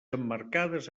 emmarcades